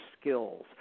skills